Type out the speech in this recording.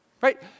Right